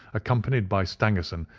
accompanied by stangerson,